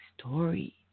story